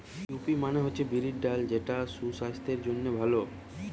cowpea মানে হচ্ছে বিরির ডাল যেটা সুসাস্থের জন্যে ভালো